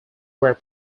were